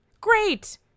great